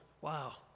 Wow